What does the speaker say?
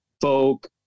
folk